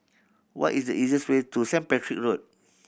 what is easiest way to Saint Patrick Road